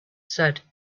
said